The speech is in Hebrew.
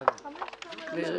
שמתייחסים לכל המובילים,